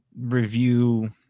review